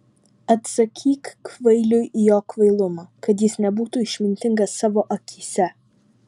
atsakyk kvailiui į jo kvailumą kad jis nebūtų išmintingas savo akyse